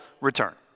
return